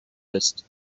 list